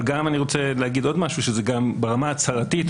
גם ברמה הצהרתית,